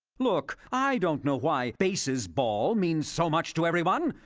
look, i don't know why basesball means so much to everyone.